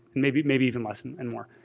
maybe maybe even less and more.